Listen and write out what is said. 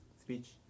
speech